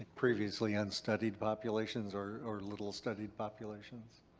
previously unstudied populations or or little studied populations.